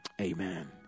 Amen